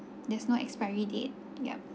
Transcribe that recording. there's no expiry date yup